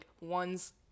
one's